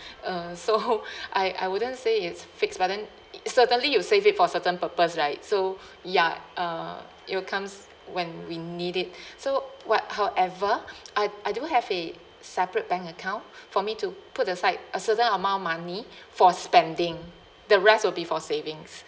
uh so I I wouldn't say it's fixed but then i~ certainly you save it for certain purpose right so ya uh it'll comes when we need it so what however I I do have a separate bank account for me to put aside a certain amount of money for spending the rest will be for savings